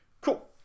Cool